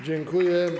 Dziękuję.